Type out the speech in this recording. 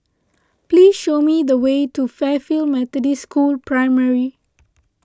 please show me the way to Fairfield Methodist School Primary